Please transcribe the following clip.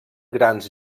grans